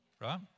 right